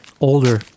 older